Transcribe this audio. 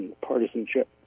partisanship